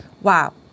Wow